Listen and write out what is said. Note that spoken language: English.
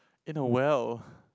in a well